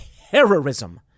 terrorism